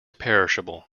perishable